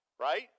right